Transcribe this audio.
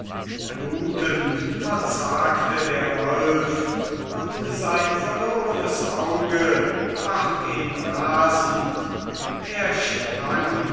blutend verzagte der wolf und sein verlorenes auge macht ihn rasend er sprang